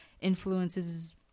influences